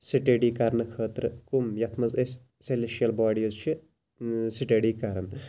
study کَرنہٕ خٲطرٕ کُم یتھ مَنٛز أسۍ سیٚلِشَل باڈیٖز چھِ سٹیڈی کَران